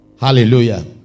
Hallelujah